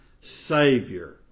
Savior